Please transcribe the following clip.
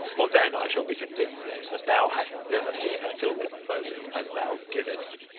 for then i shall be convinced that thou hast never seen her till this moment, as thou gayest.